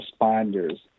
responders